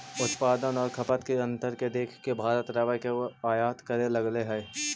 उत्पादन आउ खपत के अंतर के देख के भारत रबर के आयात करे लगले हइ